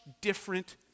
different